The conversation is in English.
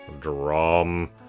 Drum